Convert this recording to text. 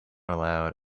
allowed